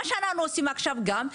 מה שאנחנו עושים עכשיו גם,